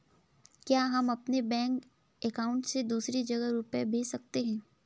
क्या हम अपने बैंक अकाउंट से दूसरी जगह रुपये भेज सकते हैं?